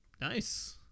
Nice